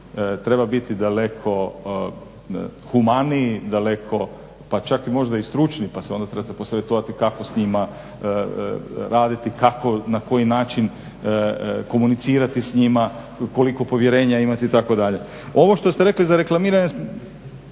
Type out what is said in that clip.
treba biti daleko humaniji, dalek pa čak možda i stručniji pa se onda trebate posavjetovati kako s njima raditi, na koji način komunicirati s njima, koliko povjerenja imati itd. Ovo što ste rekli za reklamiranje,